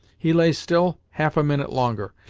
he lay still half a minute longer,